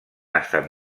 estat